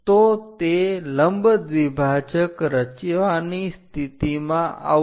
તો તે લંબ દ્વિભાજક રચવાની સ્થિતિમાં આવશે